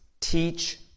teach